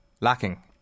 lacking